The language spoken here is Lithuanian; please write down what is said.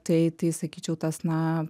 tai tai sakyčiau tas na